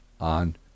on